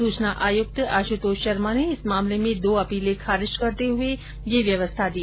सूचना आयुक्त आशुतोष शर्मा ने इस मामलें में दो अपीले खारिज करते हुए ये व्यवस्था दी